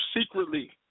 secretly